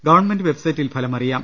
government വെബ്സൈറ്റിൽ ഫലമറിയാം